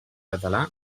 català